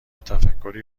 تفکری